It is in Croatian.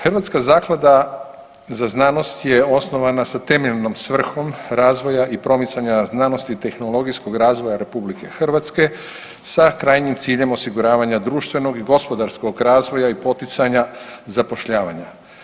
Hrvatska zaklada za znanost je osnovana sa temeljnom svrhom razvoja i promicanja znanosti i tehnologijskog razvoja RH sa krajnjim ciljem osiguravanja društvenog i gospodarskog razvoja i poticanja zapošljavanja.